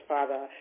Father